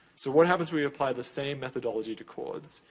so, what happens when you apply the same methodology to chords?